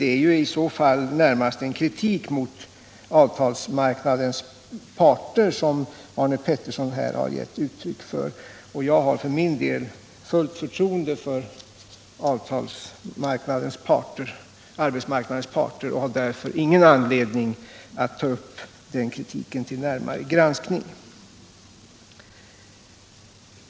Deua blir närmast en kritik mot arbetsmarknadens parter. För min del har jag fullt förtroende för arbetsmarknadens parter och har därför ingen anledning att ta upp den kritiken till närmare granskning.